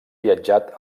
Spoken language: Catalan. viatjat